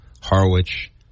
Harwich